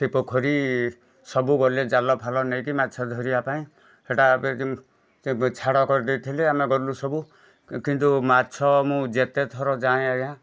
ସେଇ ପୋଖରୀ ସବୁ ଗଲେ ଜାଲଫାଲ ନେଇକି ମାଛ ଧରିବା ପାଇଁ ସେଟା ଏବେ ଛାଡ଼ କରି ଦେଇଥିଲେ ଆମେ ଗଲୁ ସବୁ କିନ୍ତୁ ମାଛ ମୁଁ ଯେତେଥର ଯାଏଁ ଆଜ୍ଞା